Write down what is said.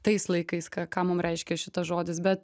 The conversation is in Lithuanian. tais laikais ką ką mum reiškė šitas žodis bet